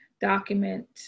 document